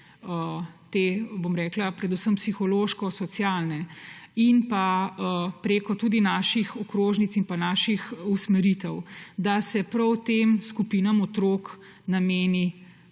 stroke, bom rekla predvsem psihološko-socialne, in tudi prek naših okrožnic in naših usmeritev, da se prav tem skupinam otrok nameni